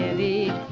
the